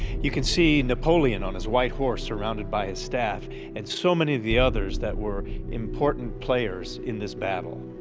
you can see napoleon on his white horse surrounded by his staff and so many of the others that were important players in this battle.